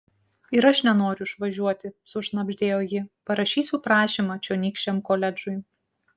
ir aš nenoriu išvažiuoti sušnabždėjo ji parašysiu prašymą čionykščiam koledžui